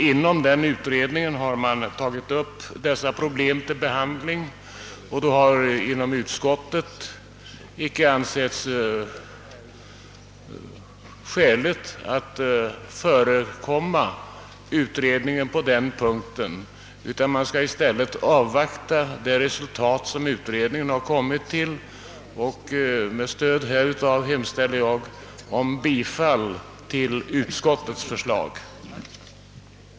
Inom den utredningen har man tagit upp dessa problem till behandling. Utskottet har inte ansett det skäligt att förekomma utredningen på denna punkt, utan vi vill i stället avvakta det resultat utredningen kommer till. Med stöd härav hemställer jag om bifall till utskottets förslag.